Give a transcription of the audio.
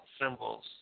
symbols